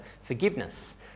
forgiveness